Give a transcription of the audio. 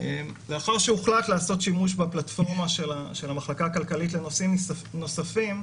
לאחר שהוחלט לעשות שימוש בפלטפורמה של המחלקה הכלכלית לנושאים נוספים,